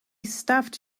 stuffed